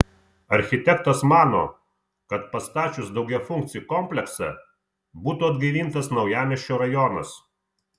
architektas mano kad pastačius daugiafunkcį kompleksą būtų atgaivintas naujamiesčio rajonas